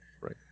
Right